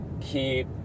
keep